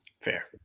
Fair